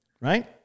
Right